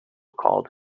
called